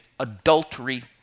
adultery